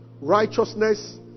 righteousness